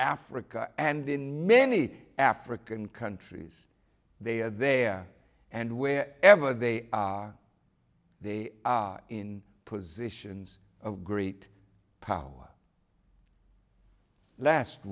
africa and in many african countries they are there and where ever they are they are in positions of great power last